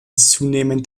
zunehmend